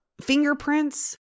fingerprints